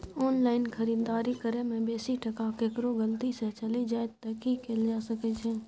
Online खरीददारी करै में बेसी टका केकरो गलती से चलि जा त की कैल जा सकै छै?